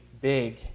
big